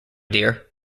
dear